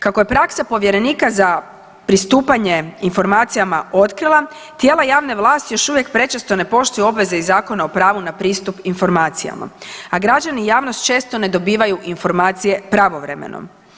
Kako je praksa povjerenika za pristupanje informacijama otkrila tijela javne vlasti još uvijek prečesto ne poštuju obveze iz Zakona o pravu na pristup informacijama, a građani i javnost često ne dobivaju informacije pravovremeno.